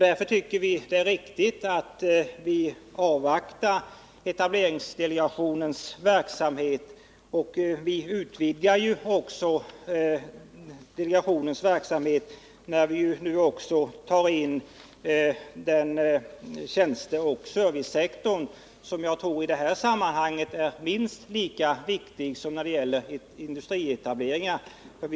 Därför tycker vi det är riktigt att avvakta etableringsdelegationens verksambet. Vi utvidgar den också i och med att vi för in tjänsteoch servicesektorn, som jag i sammanhanget tror är minst lika viktig som verksamheten vid nyetableringar av industriföretag.